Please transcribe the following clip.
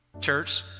Church